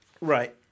Right